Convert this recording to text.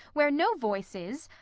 where no voice is,